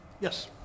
Yes